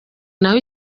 naho